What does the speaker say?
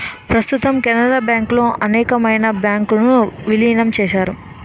ప్రస్తుతం కెనరా బ్యాంకులో అనేకమైన బ్యాంకు ను విలీనం చేశారు